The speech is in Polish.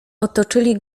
otoczyli